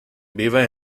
vive